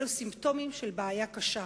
אלו סימפטומים של בעיה קשה.